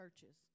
churches